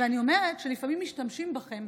ואני אומרת שלפעמים משתמשים בכם,